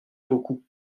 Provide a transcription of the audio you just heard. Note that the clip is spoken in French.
beaucoup